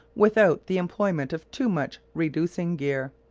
without the employment of too much reducing gear.